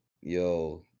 yo